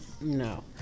no